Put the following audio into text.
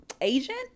agent